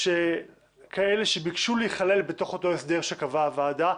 כאלה שביקשו להיכלל בתוך אותו הסדר שקבעה הוועדה,